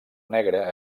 negre